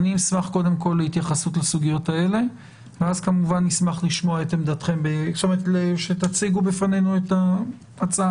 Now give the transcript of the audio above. אני אשמח להתייחסות לסוגיות האלה ואז כמובן נשמח לשמוע מכם את ההצעה.